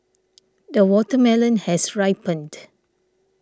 the watermelon has ripened